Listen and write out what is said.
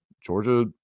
Georgia